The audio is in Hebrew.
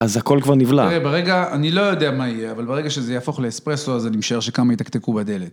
אז הכל כבר נבלע. תראה, ברגע, אני לא יודע מה יהיה, אבל ברגע שזה יהפוך לאספרסו, אז אני משער שכמה ייתקתקו בדלת.